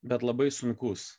bet labai sunkus